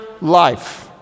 life